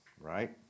right